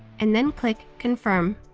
and then click confirm.